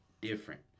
different